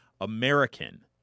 American